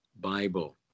bible